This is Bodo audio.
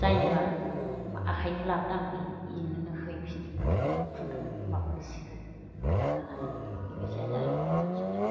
जायनिबा आखाइनि लाबोदों आं बिनोनो हैफिनजुबदों आं खुन्दुं माबाखौ जिखो दाहोनानै बेबायदि जादों आरो